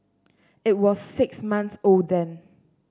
it was six months old then